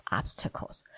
obstacles